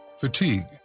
fatigue